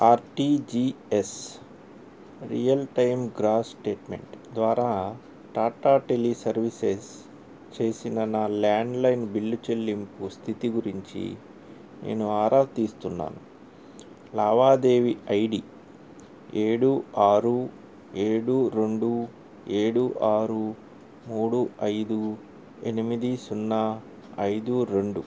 are T G S real time gross settlement ద్వారా Tata tele services చేసిన నా landline bill చెల్లింపు స్థితి గురించి నేను ఆరా తీస్తున్నాను లావాదేవీ ఐ డీ ఏడు ఆరు ఏడు రెండు ఏడు ఆరు మూడు ఐదు ఎనిమిది సున్నా ఐదు రెండు